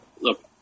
look